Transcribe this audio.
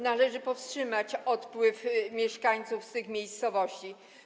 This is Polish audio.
Należy powstrzymać odpływ mieszkańców z tych miejscowości.